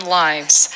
lives